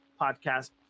podcast